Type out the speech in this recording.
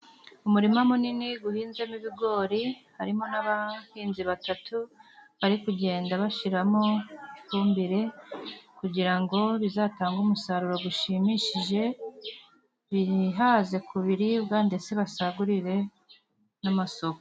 Umurima munini uhinzemo ibigori, Harimo n'abahinzi batatu bari kugenda bashyiramo ifumbire, kugira ngo bizatange umusaruro ushimishije, bihaze ku biribwa ndetse basagurire n'amasoko.